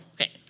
Okay